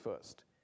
first